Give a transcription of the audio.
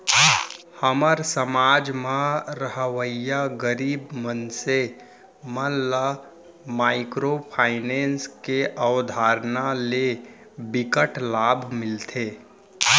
हमर समाज म रहवइया गरीब मनसे मन ल माइक्रो फाइनेंस के अवधारना ले बिकट लाभ मिलत हे